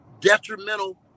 detrimental